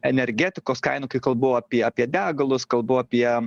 energetikos kainų kai kalbu apie apie degalus kalbu apie